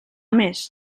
més